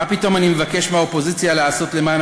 מה פתאום אני מבקש מהאופוזיציה לעשות למען